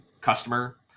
customer